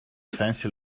fancy